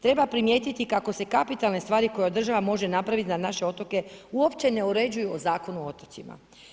Treba primijetiti kako se kapitalne stvari koje država može napraviti za naše otoke uopće ne uređuju Zakonom o otocima.